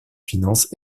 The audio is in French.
finances